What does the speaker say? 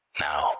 now